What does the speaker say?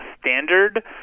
standard